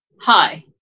hi